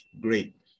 Great